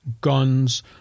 guns